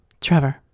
Trevor